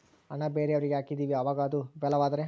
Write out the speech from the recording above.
ಹಣ ಬೇರೆಯವರಿಗೆ ಹಾಕಿದಿವಿ ಅವಾಗ ಅದು ವಿಫಲವಾದರೆ?